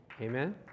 Amen